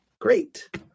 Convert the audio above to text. Great